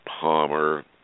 Palmer